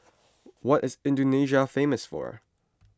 what is Indonesia famous for